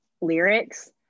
lyrics